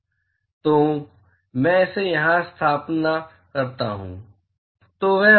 तो अगर मैं इसे यहाँ स्थानापन्न करता हूँ तो वह होगा